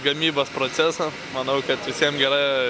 gamybos procesą manau kad visiem gera